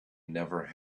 never